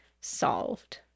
solved